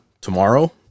tomorrow